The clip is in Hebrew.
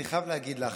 אני חייב להגיד לך,